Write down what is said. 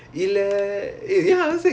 it's normal